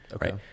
right